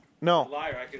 No